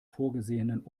vorgesehenen